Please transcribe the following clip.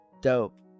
Dope